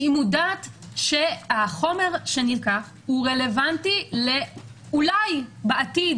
שהיא מודעת שהחומר שנלקח הוא רלוונטי אולי בעתיד,